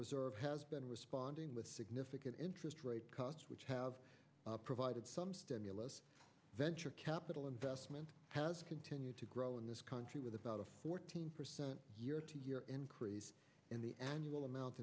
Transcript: reserve has been responding with significant interest rate cuts which have provided some stimulus venture capital investment has continued to grow in this country with about a fourteen percent year to year increase in the annual amount